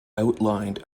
outlined